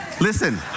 Listen